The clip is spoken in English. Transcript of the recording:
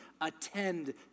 attend